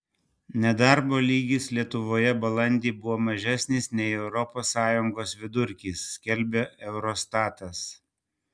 nedarbo lygis lietuvoje balandį buvo mažesnis nei europos sąjungos vidurkis skelbia eurostatas